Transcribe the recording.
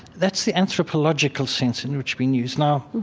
that's the anthropological sense in which we and use. now,